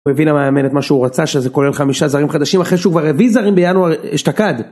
הוא הביא למאמן את מה שהוא רצה, שזה כולל חמישה זרים חדשים, אחרי שהוא כבר הביא זרים בינואר, אשתקד.